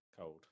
Cold